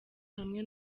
hamwe